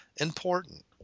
important